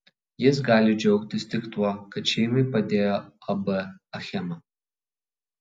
jis gali džiaugtis tik tuo kad šeimai padėjo ab achema